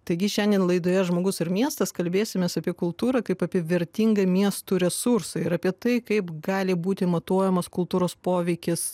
taigi šiandien laidoje žmogus ir miestas kalbėsimės apie kultūrą kaip apie vertingą miestų resursą ir apie tai kaip gali būti matuojamas kultūros poveikis